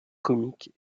comiques